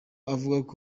avuga